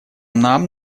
нам